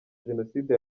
jenoside